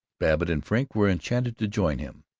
babbitt and frink were enchanted to join him.